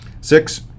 Six